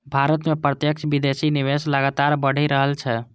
भारत मे प्रत्यक्ष विदेशी निवेश लगातार बढ़ि रहल छै